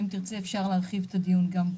אם תרצה, אפשר להרחיב את הדיון גם פה.